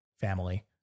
family